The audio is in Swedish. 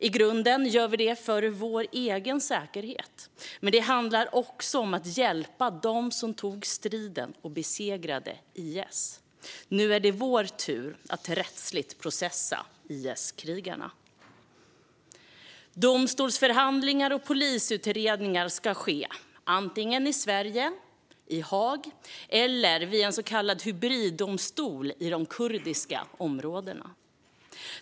I grunden gör vi det för vår egen säkerhet, men det handlar också om att hjälpa dem som tog striden och besegrade IS. Nu är det vår tur att rättsligt processa IS-krigarna. Domstolsförhandlingar och polisutredningar ska ske antingen i Sverige, i Haag eller vid en så kallad hybriddomstol i de kurdiska områdena.